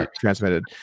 transmitted